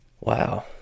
Wow